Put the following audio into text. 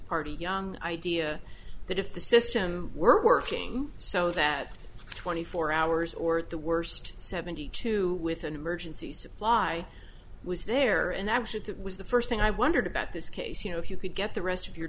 party young idea that if the system were working so that twenty four hours or at the worst seventy two with an emergency supply was there and absent that was the first thing i wondered about this case you know if you could get the rest of your